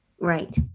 Right